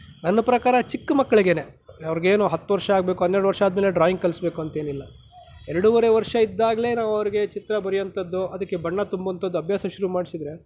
ನನ್ನ ಪ್ರಕಾರ ಚಿಕ್ಕ ಮಕ್ಕಳಿಗೇ ಅವ್ರಿಗೇನು ಹತ್ತು ವರ್ಷ ಆಗಬೇಕು ಹನ್ನೆರಡು ವರ್ಷ ಆದಮೇಲೆ ಡ್ರಾಯಿಂಗ್ ಕಲಿಸಬೇಕು ಅಂತೇನಿಲ್ಲ ಎರಡುವರೆ ಇದ್ದಾಗಲೇ ನಾವು ಅವರಿಗೆ ಚಿತ್ರ ಬರಿಯೊಂಥದ್ದು ಅದಕ್ಕೆ ಬಣ್ಣ ತುಂಬುವಂಥದ್ದು ಅಭ್ಯಾಸ ಶುರು ಮಾಡಿಸಿದರೆ